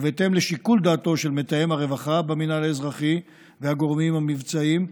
ובהתאם לשיקול דעתו של מתאם הרווחה במינהל האזרחי והגורמים המבצעיים,